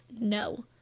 No